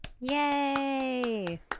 Yay